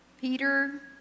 Peter